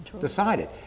decided